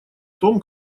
том